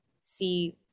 see